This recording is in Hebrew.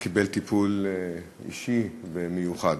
הוא קיבל טיפול אישי ומיוחד.